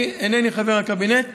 אני אינני חבר הקבינט.